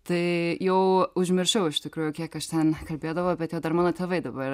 tai jau užmiršau iš tikrųjų kiek aš ten kalbėdavau bet dar mano tėvai dabar